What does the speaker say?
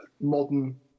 modern